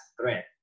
threat